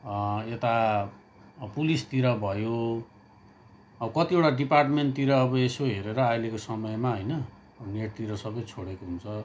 यता पुलिसतिर भयो अब कतिवटा डिपार्टमेन्टतिर अब यसो हेरेर अहिलेको समयमा होइन नेटतिर सबै छोडेको हुन्छ